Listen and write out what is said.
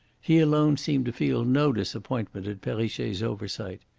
he alone seemed to feel no disappointment at perrichet's oversight.